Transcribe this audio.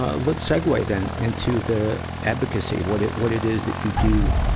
ah let's segue then, into the advocacy. what it, what it is that you do,